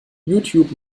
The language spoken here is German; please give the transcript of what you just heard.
youtube